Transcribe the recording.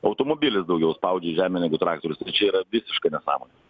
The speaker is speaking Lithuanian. automobilis daugiau spaudžia į žemę negu traktorius tai čia yra visiška nesąmonė